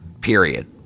period